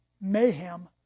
mayhem